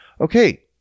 okay